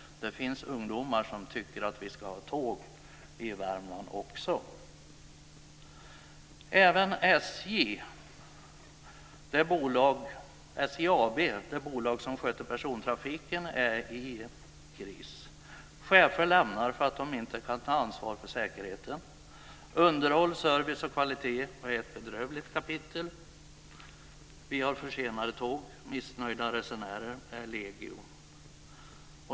Det finns ungdomar som tycker att vi ska ha tåg i Värmland också. Även SJ AB, det bolag som sköter persontrafiken, är i kris. Chefen lämnar därför att de inte kan ta ansvar för säkerheten. Underhåll, service och kvalitet är ett bedrövligt kapitel. Vi har försenade tåg, och missnöjda resenärer är legio.